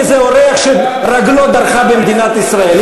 כי זה אורח שרגלו דרכה במדינת ישראל.